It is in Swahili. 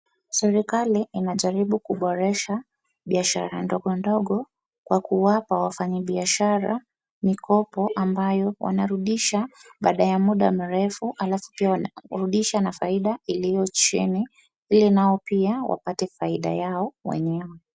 Serikali inajaribu kuboresha biashara ndogondogo kwa kuwapa wafanyibiashara mikopo ambayo wanarudisha baada ya muda mrefu, alafu pia wanarudisha na faida iliyo chini, ili nao pia wapate faida yao wenyewe.